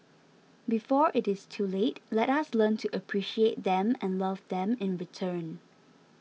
before it is too late let us learn to appreciate them and love them in return